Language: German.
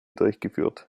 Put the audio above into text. durchgeführt